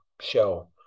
show